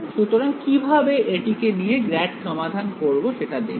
সুতরাং কিভাবে এটিকে নিয়ে গ্রাড সমাধান করব সেটা দেখব